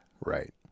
right